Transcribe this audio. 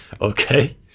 Okay